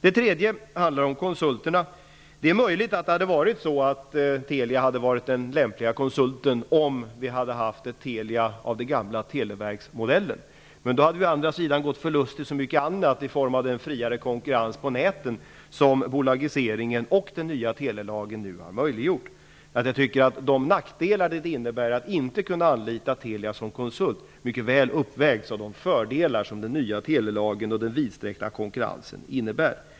Den tredje frågeställningen handlade om konsulterna. Det är möjligt att Telia hade varit en lämplig konsult om vi hade haft ett Telia av den gamla Televerksmodellen. Men då hade vi å andra sidan förlorat så mycket annat i form av en friare konkurrens på näten. Bolagiseringen och den nya telelagen har nu möjliggjort denna konkurrens. Jag tycker att de nackdelar som det innebär att inte kunna anlita Telia som konsult uppvägs mycket väl av de fördelar som den nya telelagen och den vidsträckta konkurrensen innebär.